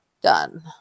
done